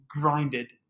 grinded